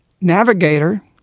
navigator